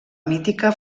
mítica